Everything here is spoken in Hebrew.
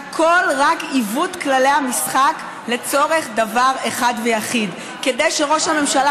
הכול רק עיוות של כללי המשחק לצורך דבר אחד ויחיד: כדי שראש הממשלה,